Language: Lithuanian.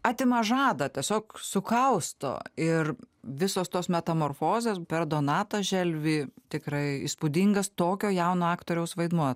atima žadą tiesiog sukausto ir visos tos metamorfozės per donatą želvį tikrai įspūdingas tokio jauno aktoriaus vaidmuo